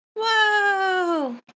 Whoa